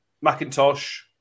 Macintosh